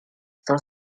cent